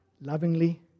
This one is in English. lovingly